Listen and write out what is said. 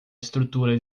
estrutura